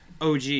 OG